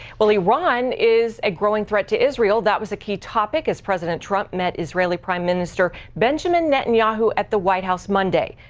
well, iran is a growing threat to israel. that was a key topic as president trump met israeli prime minister benjamin netanyahu at the white house on monday.